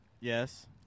Yes